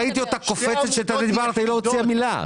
כאשר אתה דיברת היא לא הוציאה מילה.